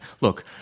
Look